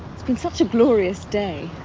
it's been such a glorious day.